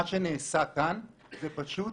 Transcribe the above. מה שנעשה כאן זה פשוט